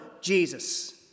Jesus